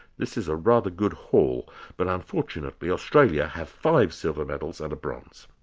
this is a rather good haul, but unfortunately australia have five silver medals and a bronze.